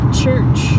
church